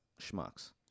schmucks